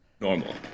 normal